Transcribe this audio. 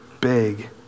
big